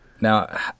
Now